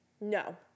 No